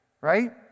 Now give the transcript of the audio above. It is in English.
Right